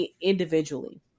individually